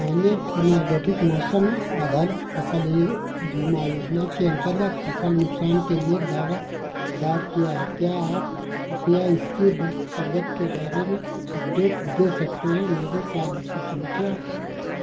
मैंने पुनर्गठित मौसम आधारित फ़सल बीमा योजना के अंतर्गत फसल नुकसान के लिए दावा दायर किया है क्या आप कृपया इसकी प्रगति के बारे में अपडेट दे सकते हैं मेरी पॉलिसी संख्या